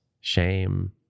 shame